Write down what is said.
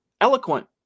eloquent